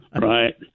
Right